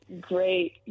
Great